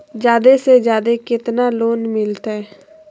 जादे से जादे कितना लोन मिलते?